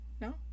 No